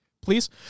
please